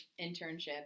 internship